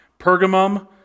Pergamum